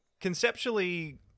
conceptually